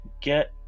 get